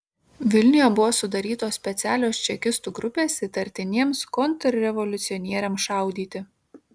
vilniuje buvo sudarytos specialios čekistų grupės įtartiniems kontrrevoliucionieriams šaudyti